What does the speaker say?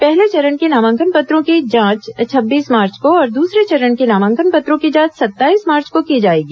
पहले चरण के नामांकन पत्रों की जांच छब्बीस मार्च को और दूसरे चरण के नामांकन पत्रों की जांच सत्ताईस मार्च को की जाएगी